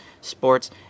sports